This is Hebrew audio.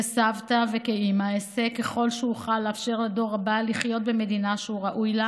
כסבתא וכאימא אעשה ככל שאוכל לאפשר לדור הבא לחיות במדינה שהוא ראוי לה